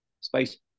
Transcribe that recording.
Space